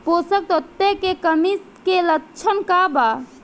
पोषक तत्व के कमी के लक्षण का वा?